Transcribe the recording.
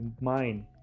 mind